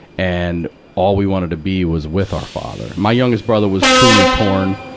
and all we wanted to be was with our father. my youngest brother was truly torn,